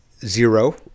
zero